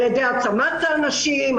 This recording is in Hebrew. על ידי העצמת נשים,